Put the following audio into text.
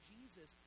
Jesus